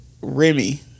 Remy